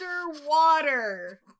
underwater